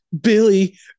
billy